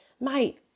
Mate